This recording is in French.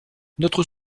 notre